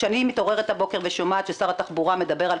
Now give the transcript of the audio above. כשאני מתעוררת הבוקר ושומעת ששר התחבורה מדבר על